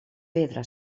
pedra